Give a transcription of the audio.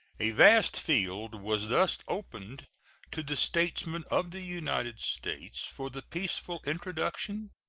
a vast field was thus opened to the statesmen of the united states for the peaceful introduction,